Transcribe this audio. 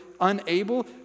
unable